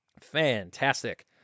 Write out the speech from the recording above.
Fantastic